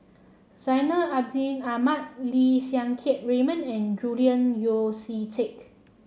Zainal Abidin Ahmad Lim Siang Keat Raymond and Julian Yeo See Teck